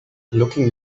looking